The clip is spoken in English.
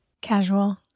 Casual